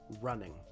running